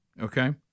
okay